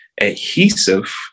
adhesive